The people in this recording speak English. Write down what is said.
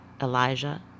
Elijah